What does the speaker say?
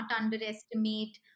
underestimate